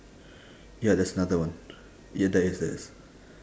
ya there's another one ya there is there is